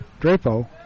Drapo